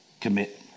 commit